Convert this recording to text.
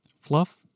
Fluff